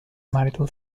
marital